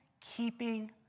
keeping